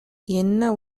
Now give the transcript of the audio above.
என்ன